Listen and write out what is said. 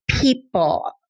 people